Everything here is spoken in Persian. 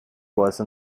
باعث